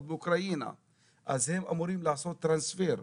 באוקראינה והם אמורים לעשות העברה.